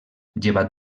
llevat